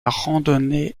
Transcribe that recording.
randonnée